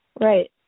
Right